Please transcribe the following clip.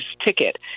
ticket